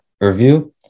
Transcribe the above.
review